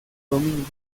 domingo